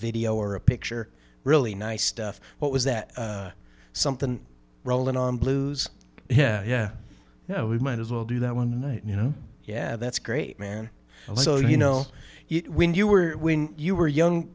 video or a picture really nice stuff what was that something rolling on blues yeah yeah we might as well do that one and i you know yeah that's great man so you know when you were when you were young